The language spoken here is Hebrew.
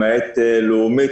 למעט לאומית,